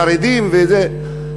החרדים וזה,